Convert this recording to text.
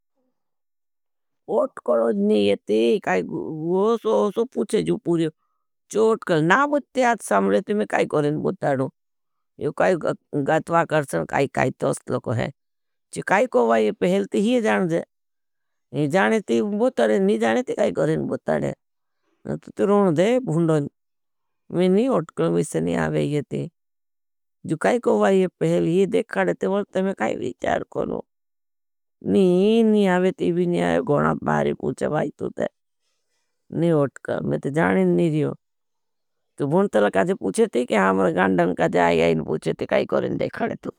ओटकलोज नहीं येती, काई ओसो ओसो पुछे जू पूर्यो। चो ओटकल ना बुठते, आज साम्बलेती में काई करें बुठताड़ू। यो काई गातवा करसन, काई काई तोस्त लोगो है। चो काई कोई ये पहलती ही जानते। जानती बुठताड़ू, नहीं जानती काई करें बुठताड़ू। तु तु रोन दे भुन्डोज। मैं नहीं ओटकल में से नहीं आवे येती। जो काई कोई वाहे पहली ये देखाड़े ते बोलते, मैं काई वीचार करूं। नहीं नहीं आवे तीवी नहीं आवे, गोना बारी पूछे बाई तु ते। नहीं ओटकल, मैं ते जानें नहीं रियो। तु भुन्डोज काई जे पूछे ते काई हामर गांडन काई जे आई आईन पूछे ते काई करें देखाड़े तु।